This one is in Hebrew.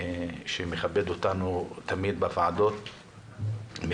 שמכבד אותנו תמיד בנוכחותו בוועדות,